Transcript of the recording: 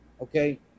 okay